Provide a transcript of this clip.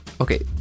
Okay